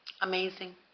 amazing